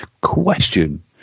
Question